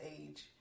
age